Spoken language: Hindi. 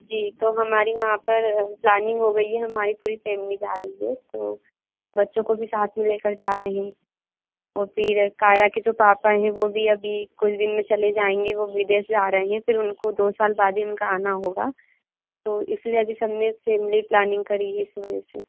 जी तो हमारी वहाँ पर प्लानिंग हो गई है हमारी पूरी फेमिली जा रही है तो बच्चों को भी साथ में ले कर जा रहे हैं और फिर कायरा के जो पापा हैं वो भी भी कुछ दिन में चले जाएंगे वो विदेश जा रहे हैं फिर उनको दो साल बाद ही उनका आना होगा तो इसी लिए अभी सब ने फेमिली प्लानिंग करी है इस वजह से